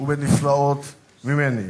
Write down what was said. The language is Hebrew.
ובנפלאות ממני".